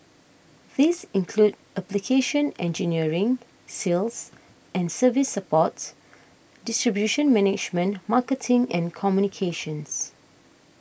these include application engineering sales and service support distribution management marketing and communications